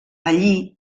allí